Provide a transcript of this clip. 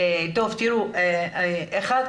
אחת,